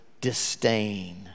disdain